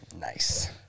Nice